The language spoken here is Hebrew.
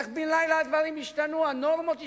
איך בן לילה הדברים השתנו, הנורמות השתנו.